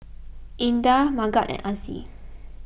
Indah Megat and Aziz